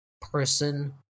person